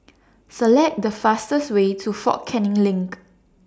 Select The fastest Way to Fort Canning LINK